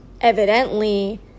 evidently